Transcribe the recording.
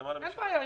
בעיה.